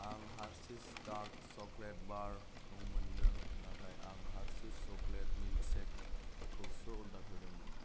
आं Hershey's dark chocolate bar खौ मोनदों नाथाय आं हारशिस सक्लेट मिल्क सेक खौसो अर्डार होदोंमोन